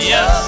Yes